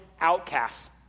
Outcasts